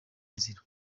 nzira